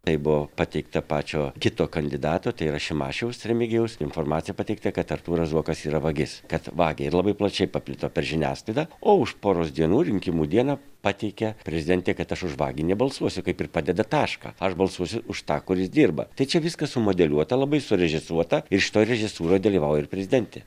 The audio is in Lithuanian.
tai buvo pateikta pačio kito kandidato tai yra šimašiaus remigijaus informacija pateikta kad artūras zuokas yra vagis kad vagia ir labai plačiai paplito per žiniasklaidą o už poros dienų rinkimų dieną pateikė prezidentė kad aš už vagį nebalsuosiu kaip ir padeda tašką aš balsuosiu už tą kuris dirba tai čia viskas sumodeliuota labai surežisuota ir šitoj režisūroj dalyvauja ir prezidentė